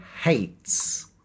hates